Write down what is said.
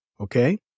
okay